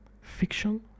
fiction